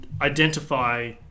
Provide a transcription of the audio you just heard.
identify